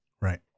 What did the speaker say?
Right